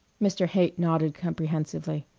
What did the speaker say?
mr. haight nodded comprehensively.